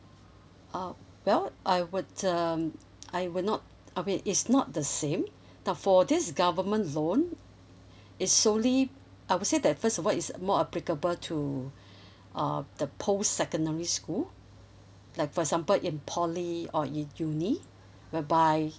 uh well I would um I would not I mean is not the same nah for this government loan is solely I would say that first of all is more applicable to uh the post secondary school like for example in poly or in uni whereby